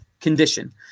condition